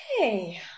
Okay